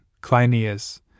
Cleinias